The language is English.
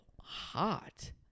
Hot